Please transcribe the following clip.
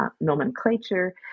nomenclature